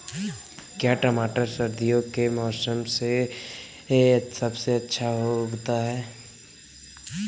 क्या टमाटर सर्दियों के मौसम में सबसे अच्छा उगता है?